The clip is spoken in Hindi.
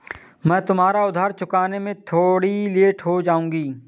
मैं तुम्हारा उधार चुकाने में थोड़ी लेट हो जाऊँगी